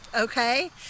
okay